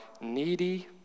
needy